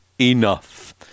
enough